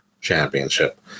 championship